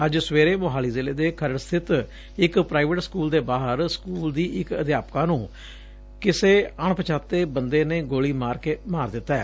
ਅੱਜ ਸਵੇਰੇ ਮੁਹਾਲੀ ਜ਼ਿਲ੍ਹੇ ਦੇ ਖਰੜ ਸਬਿਤ ਇਕ ਪ੍ਾਈਵੇਟ ਸਕੂਲ ਦੇ ਬਾਹਰ ਸਕੂਲ ਦੀ ਇਕ ਅਧਿਆਪਕਾ ਨੂੰ ਕਿਸੇ ਅਣਛਾਤੇ ਬੰਦੇ ਨੇ ਗੋਲੀ ਮਾਰ ਕੇ ਮਾਰ ਦਿੱਤੈ